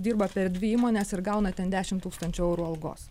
dirba per dvi įmones ir gauna ten dešimt tūkstančių eurų algos